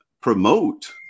promote